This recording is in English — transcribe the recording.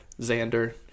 Xander